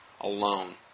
alone